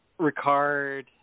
Ricard